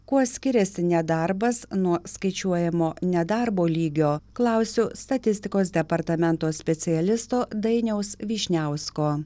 kuo skiriasi nedarbas nuo skaičiuojamo nedarbo lygio klausiu statistikos departamento specialisto dainiaus vyšniausko